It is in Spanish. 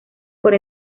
por